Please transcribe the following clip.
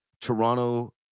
Toronto